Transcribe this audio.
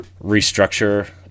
restructure